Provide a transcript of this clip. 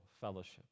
fellowship